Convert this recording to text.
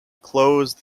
closed